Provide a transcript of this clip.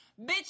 bitch